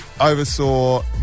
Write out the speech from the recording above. oversaw